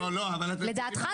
צריך להדגיש